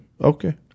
Okay